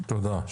תודה.